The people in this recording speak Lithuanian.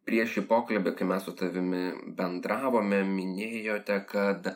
prieš šį pokalbį kai mes su tavimi bendravome minėjote kad